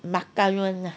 makan [one] lah